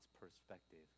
perspective